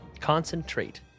concentrate